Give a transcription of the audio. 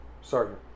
Sergeant